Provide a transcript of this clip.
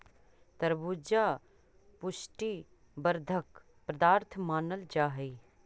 तरबूजा पुष्टि वर्धक पदार्थ मानल जा हई